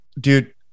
dude